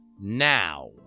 now